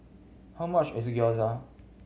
how much is Gyoza